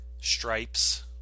stripes